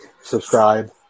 subscribe